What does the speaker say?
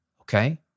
Okay